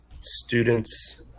students